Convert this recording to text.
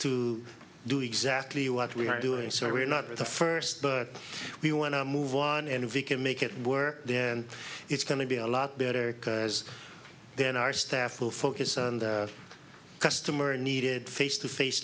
to do exactly what we are doing so we're not the first but we want to move on and if we can make it work then it's going to be a lot better because then our staff will focus on the customer needed face to face